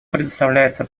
предоставляется